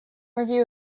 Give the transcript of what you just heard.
review